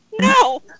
No